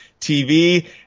TV